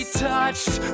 touched